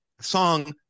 song